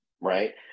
right